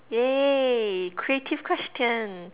yeah creative question